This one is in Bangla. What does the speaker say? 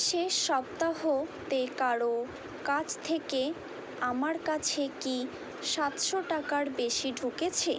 শেষ সপ্তাহতে কারও কাছ থেকে আমার কাছে কি সাতশো টাকার বেশি ঢুকেছে